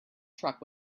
truck